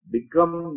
Become